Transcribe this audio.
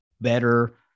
better